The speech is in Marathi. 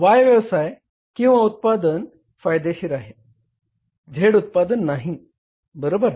Y व्यवसाय किंवा उत्पादन फायदेशीर आहे Z उत्पादन नाही बरोबर